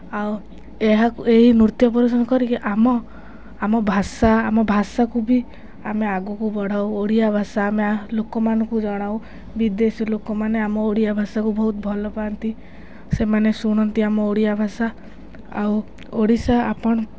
ଆଉ ଏହାକୁ ଏହି ନୃତ୍ୟ ପ୍ରଦର୍ଶନ କରିକି ଆମ ଆମ ଭାଷା ଆମ ଭାଷାକୁ ବି ଆମେ ଆଗକୁ ବଢ଼ାଉ ଓଡ଼ିଆ ଭାଷା ଆମେ ଲୋକମାନଙ୍କୁ ଜଣାଉ ବିଦେଶ ଲୋକମାନେ ଆମ ଓଡ଼ିଆ ଭାଷାକୁ ବହୁତ ଭଲ ପାଆନ୍ତି ସେମାନେ ଶୁଣନ୍ତି ଆମ ଓଡ଼ିଆ ଭାଷା ଆଉ ଓଡ଼ିଶା ଆପଣ